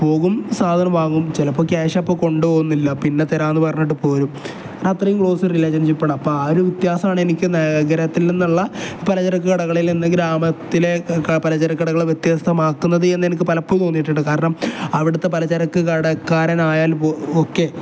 പോകും സാധനം വാങ്ങും ചിലപ്പോൾ ക്യാഷ് അപ്പം കൊണ്ടു പോകുന്നില്ല പിന്നെ തരാമെന്ന് പറഞ്ഞിട്ട് പോരും അത്രയും ക്ലോസ് റിലേഷൻഷിപ്പ് ആണ് അപ്പം ആ ഒരു വ്യത്യാസമാണ് എനിക്ക് നഗരത്തിൽ നിന്നുള്ള പലചരക്ക് കടകളിൽ നിന്ന് ഗ്രാമത്തിലെ പലചരക്കു കടകളെ വ്യത്യസ്തമാക്കുന്നതെന്ന് എനിക്ക് പലപ്പോ്ഴും തോന്നിയിട്ടുണ്ട് കാരണം അവിടുത്തെ പലചരക്ക് കടക്കാരനായാൽ ഒക്കെ